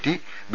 T B